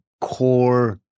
core